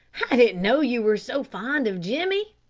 i didn't know you were so fond of jimmy?